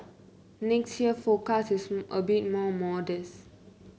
next year's forecast is a bit more modest